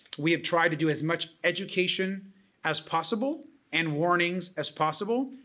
we have tried to do as much education as possible and warnings as possible,